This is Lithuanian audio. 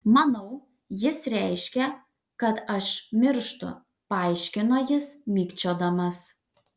manau jis reiškia kad aš mirštu paaiškino jis mikčiodamas